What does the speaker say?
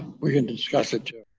we can discuss it too.